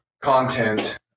content